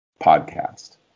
podcast